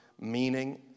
meaning